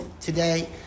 today